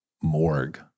morgue